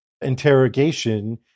interrogation